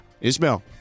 Ismail